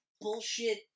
bullshit